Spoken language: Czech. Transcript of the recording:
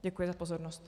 Děkuji za pozornost.